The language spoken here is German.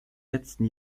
letzten